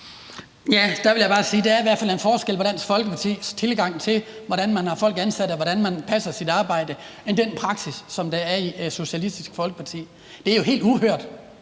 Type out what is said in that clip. at der i hvert fald er en forskel på Dansk Folkepartis tilgang til, hvordan man har folk ansat, og hvordan man passer sit arbejde, og så den praksis, der er i Socialistisk Folkeparti. Det er jo helt uhørt,